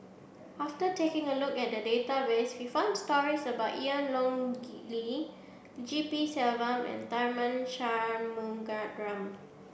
after taking a look at the database we found stories about Yan Ong Li G P Selvam and Tharman Shanmugaratnam